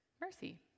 mercy